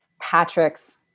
Patrick's